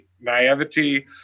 naivety